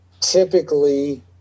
Typically